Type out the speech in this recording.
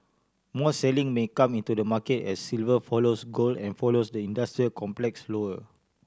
more selling may come into the market as silver follows gold and follows the industrial complex lower